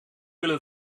willen